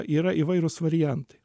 yra įvairūs variantai